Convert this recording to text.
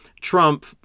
Trump